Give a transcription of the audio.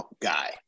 guy